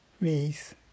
ways